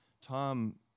Tom